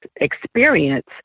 experience